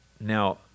Now